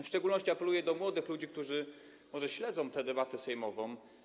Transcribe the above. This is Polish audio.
W szczególności apeluję do młodych ludzi, którzy może śledzą tę debatę sejmową.